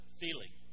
feeling